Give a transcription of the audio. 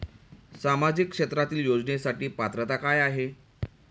सामाजिक क्षेत्रांतील योजनेसाठी पात्रता काय आहे?